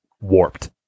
Warped